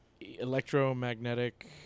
Electromagnetic